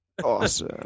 Awesome